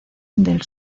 del